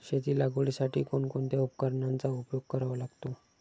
शेती लागवडीसाठी कोणकोणत्या उपकरणांचा उपयोग करावा लागतो?